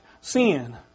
sin